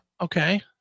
Okay